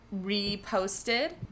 reposted